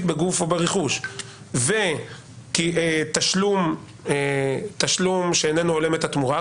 בגופו או ברכושו ותשלום שאיננו הולם את התמורה,